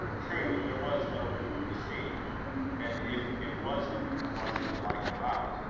true, there was no moon to be seen and if it was the moon, why did the light go out?